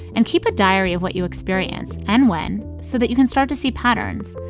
and keep a diary of what you experience and when so that you can start to see patterns.